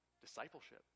discipleship